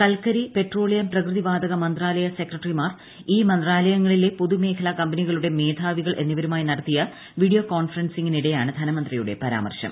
കൽക്കർ പ്രെട്രോളിയം പ്രകൃതിവാതക മന്ത്രാലയ സെക്രട്ടറിമാർ ഈ മന്ത്രാല്യങ്ങളിലെ പൊതുമേഖലാ കമ്പനികളുടെ മേധാവികൾ എന്നിവരുമായി നടത്തിയ വീഡിയോ കോൺഫ്രൻസിനിടെയാണ് ധനമന്ത്രിയുടെ പരാമർശം